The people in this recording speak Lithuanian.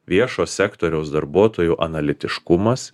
viešo sektoriaus darbuotojų analitiškumas